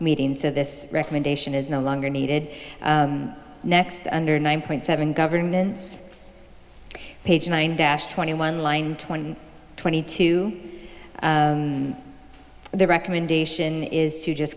meeting so this recommendation is no longer needed next under nine point seven governments page nine dash twenty one line twenty twenty two the recommendation is to just